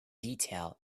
detail